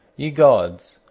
ye gods,